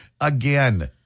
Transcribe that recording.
again